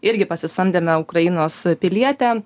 irgi pasisamdėme ukrainos pilietę